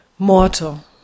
Mortal